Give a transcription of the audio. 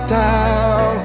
down